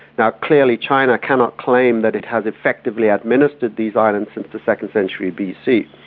now, clearly china cannot claim that it has effectively administered these islands since the second century bc.